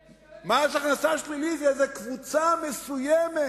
למה, מס הכנסה שלילי זה איזו קבוצה מסוימת,